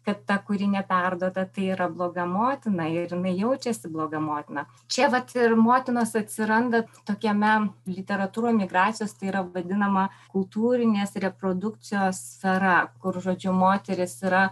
kad ta kuri neperduota tai yra bloga motina ir jin jaučiasi bloga motina čia vat ir motinos atsiranda tokiame literatūra migracijos tai yra vadinama kultūrinės reprodukcijos sfera kur žodžiu moterys yra